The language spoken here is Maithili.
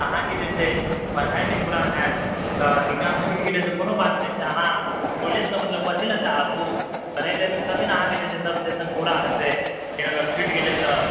अहाँकेँ जे छै पढ़ाइ नहि पूरा होयत तऽ इग्ज़ैम छूटि गेलै तऽ कोनो बात नहि छै अहाँ कॉलेज तऽ मतलब पढ़य लेल तऽ आबू पढ़य लेल एबै तभी ने अहाँकेँ जब सेसन पूरा हेतै फेर अगर छुटि गेलै तऽ